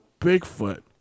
Bigfoot